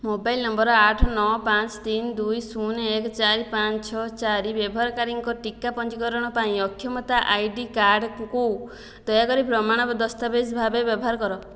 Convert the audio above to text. mobile number ଆଠ ନଅ ପାଞ୍ଚ ତିନ ଦୁଇ ଶୂନ ଏକ ଚାରି ପାଞ୍ଚ ଛଅ ଚାରି ବ୍ୟବହାରକାରୀଙ୍କ ଟିକା ପଞ୍ଜୀକରଣ ପାଇଁ ଅକ୍ଷମତା ଆଇ ଡି କାର୍ଡ଼୍କୁ ଦୟାକରି ପ୍ରମାଣ ଦସ୍ତାବେଜ ଭାବେ ବ୍ୟବହାର କର